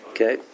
Okay